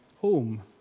home